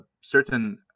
certain